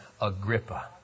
Agrippa